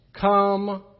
Come